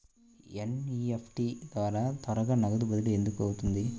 NEFT ద్వారా త్వరగా నగదు బదిలీ ఎందుకు అవుతుంది?